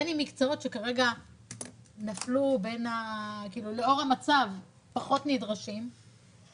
בין אם מקצועות שכרגע נפלו ולאור המצב פחות נדרשים,